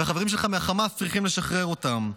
והחברים שלך מהחמאס צריכים לשחרר אותם.